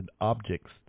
objects